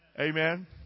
Amen